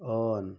on